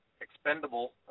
expendable